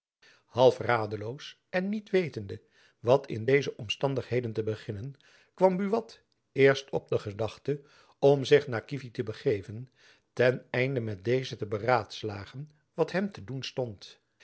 half radeloos en niet wetende wat in deze omstandigheden te beginnen kwam buat eerst op de gedachte om zich naar kievit te begeven ten einde met dezen te beraadslagen wat hem te doen stond